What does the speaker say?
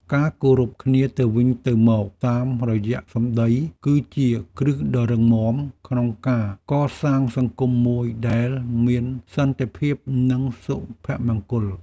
ការគោរពគ្នាទៅវិញទៅមកតាមរយៈសម្តី គឺជាគ្រឹះដ៏រឹងមាំក្នុងការកសាងសង្គមមួយដែលមានសន្តិភាពនិងសុភមង្គល។